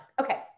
Okay